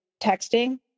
texting